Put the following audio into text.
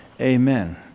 Amen